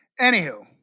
Anywho